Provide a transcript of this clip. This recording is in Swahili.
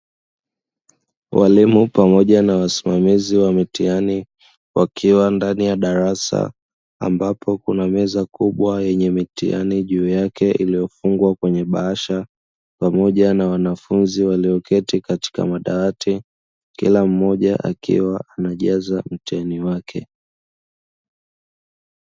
Walimu pamoja na wasimamizi wa mitihani wakiwa ndani ya darasa ambapo kuna meza kubwa yenye mitihani juu yake iliyofungwa kwenye bahasha pamoja na wanafunzi walioketi katika madawati kila mmoja akiwa anajaza mtihani wake.